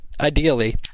ideally